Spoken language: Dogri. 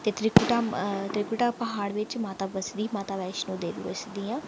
ते त्रिकुटा त्रिकुटा प्हाड़ बिच्च माता बसदी माता वैश्णो देवी बसदी ऐ